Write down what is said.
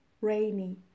rainy